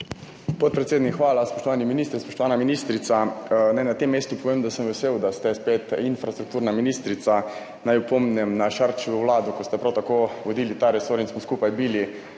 Podpredsednik, hvala. Spoštovani minister, spoštovana ministrica! Naj na tem mestu povem, da sem vesel, da ste spet infrastrukturna ministrica. Naj opomnim na Šarčevo vlado, ko ste prav tako vodili ta resor in smo skupaj bili